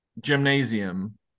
gymnasium